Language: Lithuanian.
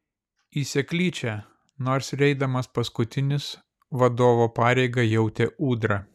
į seklyčią nors ir eidamas paskutinis vadovo pareigą jautė ūdra